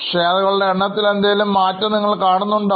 ഷെയറുകളുടെ എണ്ണത്തിൽ എന്തെങ്കിലും മാറ്റം നിങ്ങൾ കാണുന്നുണ്ടോ